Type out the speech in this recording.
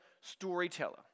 storyteller